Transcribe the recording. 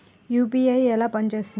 UPI ఎలా పనిచేస్తుంది?